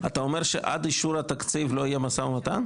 אתה אומר שעד אישור התקציב לא יהיה משא-ומתן?